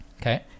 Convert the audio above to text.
Okay